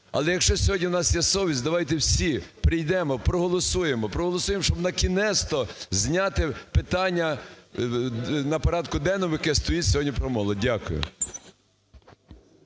Але якщо сьогодні у нас є совість, давайте всі прийдемо, проголосуємо. Проголосуємо, щобнакінець-то зняти питання на порядку денному, яке стоїть сьогодні про молодь. Дякую.